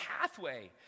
pathway